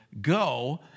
go